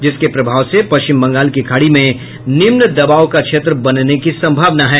जिसके प्रभाव से पश्चिम बंगाल की खाड़ी में निम्न दबाव का क्षेत्र बनने की संभावना है